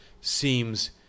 seems